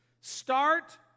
Start